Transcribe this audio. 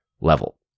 level